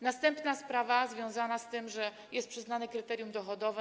Następna sprawa, związana z tym, że jest określone kryterium dochodowe.